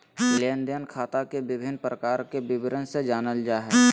लेन देन खाता के विभिन्न प्रकार के विवरण से जानल जाय हइ